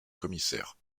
commissaire